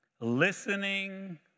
Listening